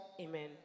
Amen